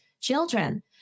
children